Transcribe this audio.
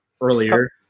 earlier